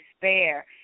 despair